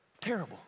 terrible